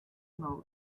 mode